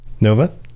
Nova